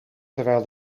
terwijl